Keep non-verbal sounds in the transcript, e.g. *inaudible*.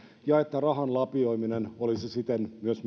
ja että rahan lapioiminen olisi siten myös *unintelligible*